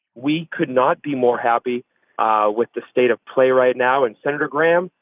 we could not be more happy ah with the state of play right now. and senator graham,